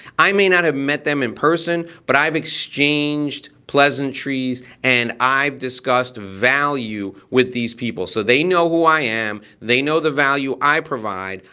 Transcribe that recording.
i may not have met them in person, but i've exchanged pleasantries and i've discussed value with these people. so they know who i am, they know the value i provide,